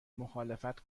مخالفت